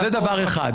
זה דבר אחד.